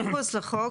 מחוץ לחוק.